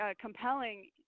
compelling